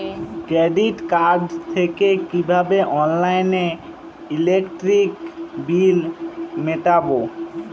Credit card থেকে কিভাবে অনলাইনে ইলেকট্রিক বিল মেটাবো?